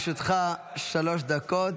לרשותך שלוש דקות,